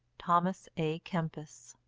thomas a kempis.